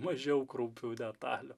mažiau kraupių detalių